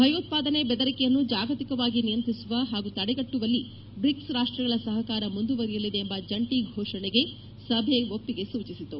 ಭಯೋತ್ಪಾದನೆ ಬೆದರಿಕೆಯನ್ನು ಜಾಗತಿಕವಾಗಿ ನಿಯಂತ್ರಿಸುವ ಹಾಗೂ ತಡೆಗಟ್ಟುವಲ್ಲಿ ಬ್ರಿಕ್ಸ್ ರಾಷ್ಟಗಳ ಸಹಕಾರ ಮುಂದುವರೆಯಲಿದೆ ಎಂಬ ಜಂಟಿ ಘೋಷಣೆಗೆ ಸಭೆ ಒಪ್ಸಿಗೆ ಸೂಚಿಸಿತು